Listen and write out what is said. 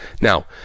Now